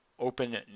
Open